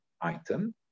item